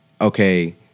okay